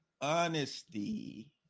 honesty